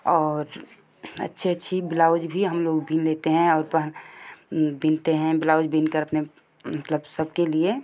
और अच्छे अच्छी ब्लौज भी हम लोग बुन लेते हैं और पह बुनते हैं ब्लौज बुन कर अपने मतलब सब के लिए